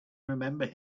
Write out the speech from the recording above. remember